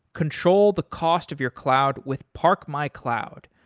control the cost of your cloud with parkmycloud.